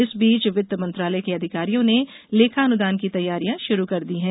इस बीच वित्त मंत्रालय के अधिकारियों ने लेखानुदान की तैयारियां शुरू कर दी है